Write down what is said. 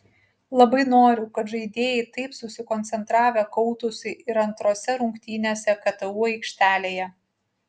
labai noriu kad žaidėjai taip susikoncentravę kautųsi ir antrose rungtynėse ktu aikštelėje